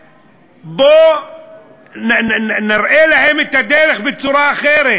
שבוא נראה להם את הדרך בצורה אחרת.